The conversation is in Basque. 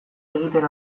egiten